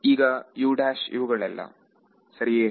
ಈಗ U' ಇವುಗಳೆಲ್ಲ ಸರಿಯೇ